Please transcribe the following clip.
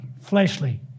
fleshly